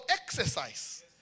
exercise